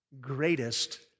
greatest